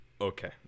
Okay